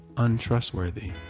Untrustworthy